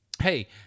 hey